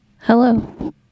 hello